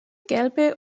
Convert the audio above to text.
gelbe